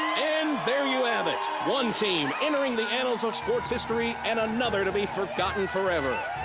and there you have it. one team entering the amals of sports history and another to be forgotten forever.